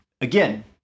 Again